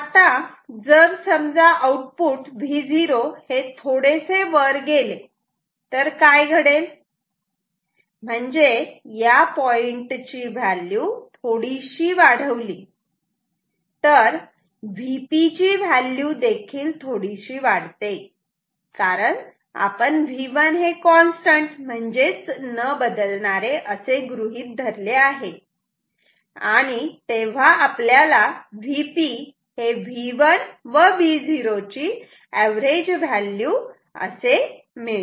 आता जर समजा आउटपुट Vo हे थोडेसे वर गेले तर काय घडेल म्हणजेच या पॉइंटची व्हॅल्यू थोडीशी वाढवली तर Vp ची व्हॅल्यू देखील थोडीसी वाढते कारण आपण V1 हे कॉन्स्टंट म्हणजे न बदलणारे असे गृहीत धरले आहे आणि तेव्हा आपल्याला Vp हे V1 व Vo ची अवरेज व्हॅल्यू असे मिळते